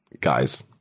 guys